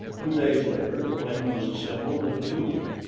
two days later the plane was assembled and tuned.